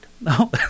No